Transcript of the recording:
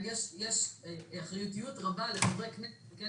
יש אחריותיות רבה לחברי הכנסת מכיוון